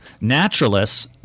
Naturalists